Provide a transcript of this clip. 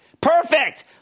Perfect